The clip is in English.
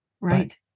Right